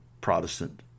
Protestant